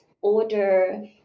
order